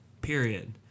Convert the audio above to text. period